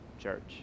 church